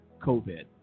COVID